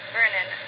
Vernon